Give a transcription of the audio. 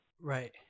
Right